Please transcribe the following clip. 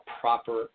proper